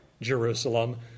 Jerusalem